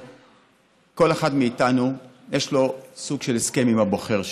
לכל אחד מאיתנו יש סוג של הסכם עם הבוחר שלו.